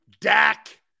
Dak